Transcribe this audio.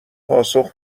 پاسخ